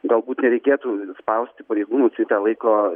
galbūt nereikėtų spausti pareigūnus į tą laiko